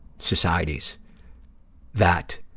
societies that,